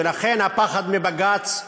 ולכן הפחד מבג"ץ,